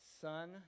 son